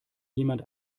jemand